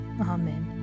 Amen